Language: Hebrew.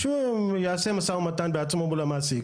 שהוא יעשה משא ומתן בעצמו למעסיק,